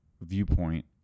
viewpoint